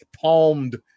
palmed